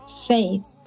Faith